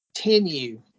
continue